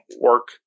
work